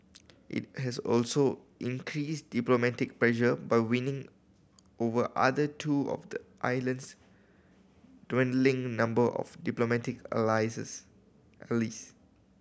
it has also increased diplomatic pressure by winning over other two of the island's dwindling number of diplomatic allies